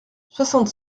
soixante